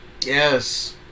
Yes